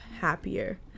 happier